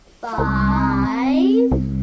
five